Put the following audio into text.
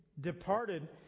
departed